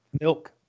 Milk